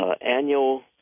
annual